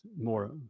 more